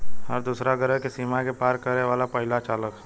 हर दूसरा ग्रह के सीमा के पार करे वाला पहिला चालक ह